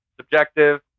subjective